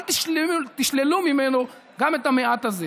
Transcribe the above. אל תשללו ממנו גם את המעט הזה.